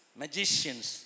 magicians